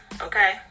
Okay